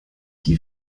die